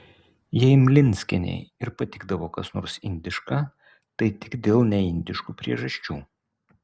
jei mlinskienei ir patikdavo kas nors indiška tai tik dėl neindiškų priežasčių